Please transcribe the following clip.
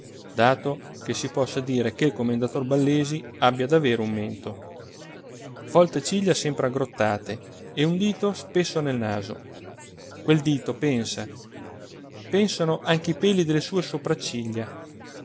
dato che si possa dire che il commendator ballesi abbia davvero un mento folte ciglia sempre aggrottate e un dito spesso nel naso quel dito pensa pensano anche i peli delle sue sopracciglia